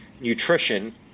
nutrition